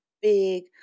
big